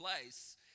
place